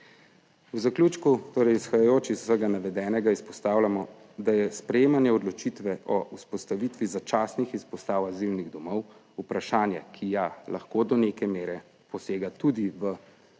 V zaključku torej izhajajoč iz vsega navedenega izpostavljamo, da je sprejemanje odločitve o vzpostavitvi začasnih izpostav azilnih domov vprašanje, ki ja lahko do neke mere posega tudi v